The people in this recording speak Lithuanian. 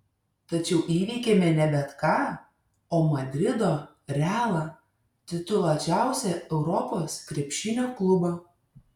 tačiau įveikėme ne bet ką o madrido realą tituluočiausią europos krepšinio klubą